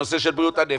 הנושא של בריאות הנפש,